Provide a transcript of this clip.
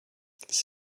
this